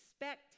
expect